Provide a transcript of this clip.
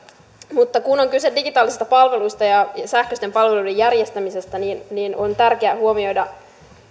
kun on kyse digitaalisista palveluista ja sähköisten palveluiden järjestämisestä niin niin on tärkeää huomioida